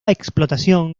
explotación